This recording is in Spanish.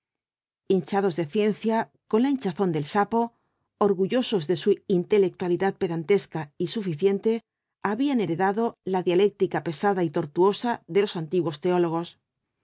hinchados de ciencia con la hinchazón del sapo orgullosos de su intelectualidad pedantesca y suficiente habían heredado la dialéctica pesada y tortuosa de los antiguos teólogos